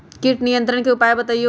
किट नियंत्रण के उपाय बतइयो?